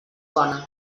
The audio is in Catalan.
bona